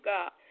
God